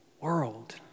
world